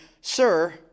Sir